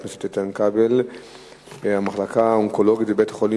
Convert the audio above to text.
מחקר שלפיו קיים קשר בין זיהום האוויר בחיפה